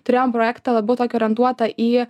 turėjom projektą labiau tokį orientuotą į